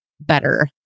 better